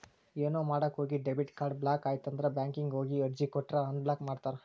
ಏನೋ ಮಾಡಕ ಹೋಗಿ ಡೆಬಿಟ್ ಕಾರ್ಡ್ ಬ್ಲಾಕ್ ಆಯ್ತಂದ್ರ ಬ್ಯಾಂಕಿಗ್ ಹೋಗಿ ಅರ್ಜಿ ಕೊಟ್ರ ಅನ್ಬ್ಲಾಕ್ ಮಾಡ್ತಾರಾ